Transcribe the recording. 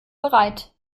bereit